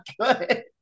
good